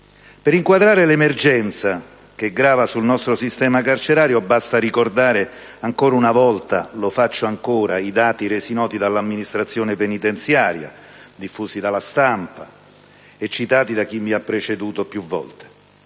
Per inquadrare l'emergenza che grava sul nostro sistema carcerario basta ricordare ancora una volta (lo faccio ancora) i dati resi noti dall'amministrazione penitenziaria, diffusi dalla stampa e citati più volte da chi mi ha preceduto: quasi